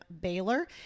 Baylor